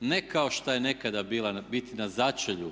ne kao što je nekada bila biti na začelju